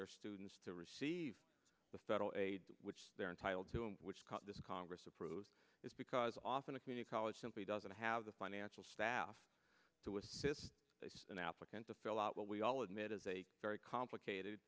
their students to receive the federal aid which they are entitled to and which cut this congress approves is because often a community college simply doesn't have the financial staff to assist an applicant to fill out what we all admit is a very complicated